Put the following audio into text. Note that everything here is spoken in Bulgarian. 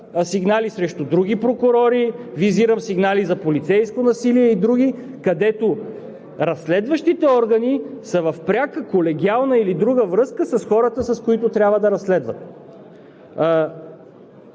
сигнали срещу други прокурори, визирам сигнали за полицейско насилие и други, където разследващите органи са в пряка колегиална или друга връзка с хората, с които трябва да разследват.